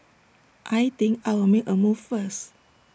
I think I'll make A move first